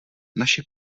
naši